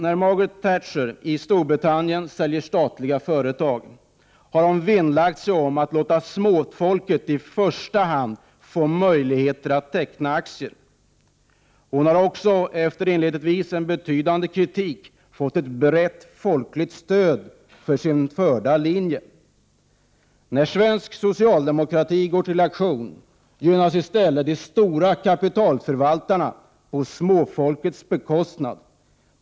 När Margaret Thatcher i Storbritannien säljer statliga företag har hon vinnlagt sig om att låta småfolket i första hand få möjlighet att teckna aktier. Hon har också fått ett brett folkligt stöd för sin linje, efter att inledningsvis ha fått en betydande kritik. När svensk socialdemokrati går till aktion gynnas i stället de stora kapitalförvaltarna på småfolkets bekostnad.